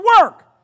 work